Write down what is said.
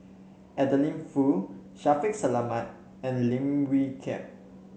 Adeline Foo Shaffiq Selamat and Lim Wee Kiak